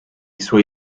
suoi